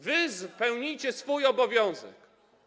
Wy spełnijcie swój obowiązek.